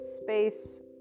space